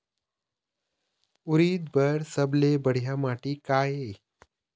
उरीद बर सबले बढ़िया माटी का ये?